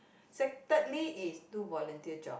sec~ thirdly is do volunteer job